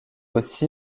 aussi